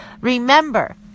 Remember